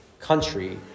country